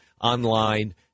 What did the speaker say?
online